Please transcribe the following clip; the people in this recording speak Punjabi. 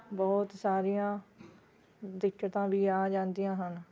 ਬਹੁਤ ਸਾਰੀਆਂ ਦਿੱਕਤਾਂ ਵੀ ਆ ਜਾਂਦੀਆ ਹਨ